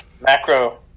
macro